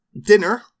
Dinner